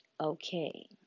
Okay